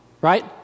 right